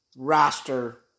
roster